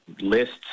lists